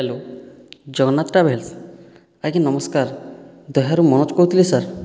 hello Jagannath travels ଆଜ୍ଞା ନମସ୍କାର ଦହ୍ୟାରୁ ମନୋଜ କହୁଥିଲି ସାର୍